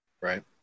Right